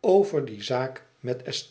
over die zaak met